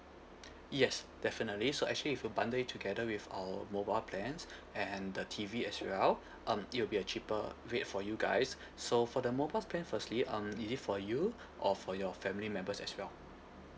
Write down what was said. yes definitely so actually if you bundle it together with our mobile plans and the T_V as well um it will be a cheaper rate for you guys so for the mobile plan firstly um is it for you or for your family members as well